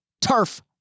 turf